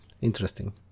Interesting